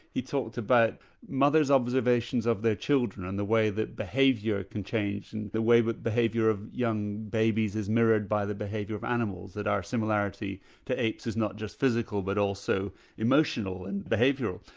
he talked about but mothers' observations of their children and the way that behaviour can change and the way but behaviour of young babies is mirrored by the behaviour of animals, that our similarity to apes is not just physical but also emotional and behavioural.